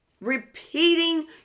repeating